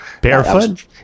barefoot